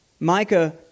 Micah